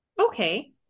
okay